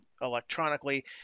electronically